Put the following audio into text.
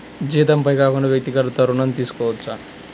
జీతంపై కాకుండా వ్యక్తిగత ఋణం తీసుకోవచ్చా?